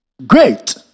Great